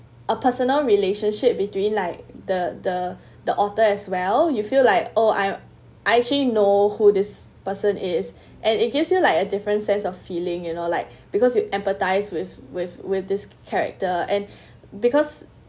a personal relationship between like the the the author as well you feel like oh I I actually know who this person is and it gives you like a different sense of feeling you know like because you empathise with with with this character and because